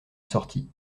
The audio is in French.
sortie